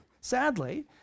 sadly